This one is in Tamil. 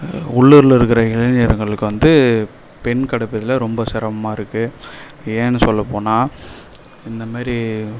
உள்ளூரில் இருக்கிற இளைஞர்களுக்கு வந்து பெண் கிடப்பதுல ரொம்ப சிரம்மாருக்கு ஏன்னு சொல்ல போனால் இந்த மேரி